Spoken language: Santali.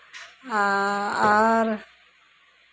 ᱟ ᱟᱨ